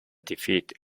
defeat